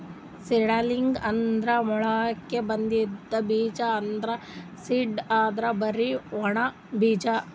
seedling ಅಂದ್ರ ಮೊಳಕೆ ಬಂದಿದ್ ಬೀಜ, ಆದ್ರ್ ಸೀಡ್ ಅಂದ್ರ್ ಬರಿ ಒಣ ಬೀಜ